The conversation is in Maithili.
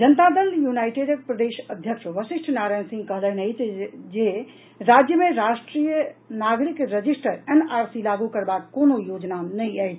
जनता दल यूनाईटेडक प्रदेश अध्यक्ष वशिष्ठ नारायण सिंह कहलनि अछि जे राज्य मे राष्ट्रीय नागरिक रजिस्टर एनआरसी लागू करबाक कोनो योजना नहि अछि